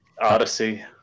Odyssey